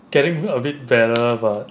getting a bit better but